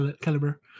caliber